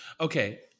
Okay